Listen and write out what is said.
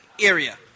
area